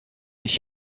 ich